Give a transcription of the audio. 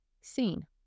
seen